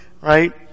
right